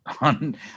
on